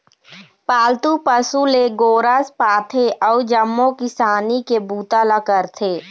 पालतू पशु ले गोरस पाथे अउ जम्मो किसानी के बूता ल करथे